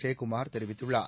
ஜெயக்குமார் தெரிவித்துள்ளார்